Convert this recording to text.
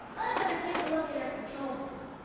i better take a look at her control panel.